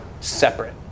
separate